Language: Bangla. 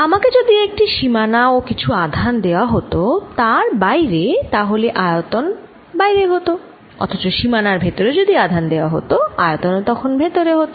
আমাকে যদি একটি সীমানা ও কিছু আধান দেওয়া হত তার বাইরে তাহলে আয়তন বাইরে হত অথচ সীমানার ভেতরে যদি আধান দেওয়া হত আয়তন ও তখন ভেতরে হত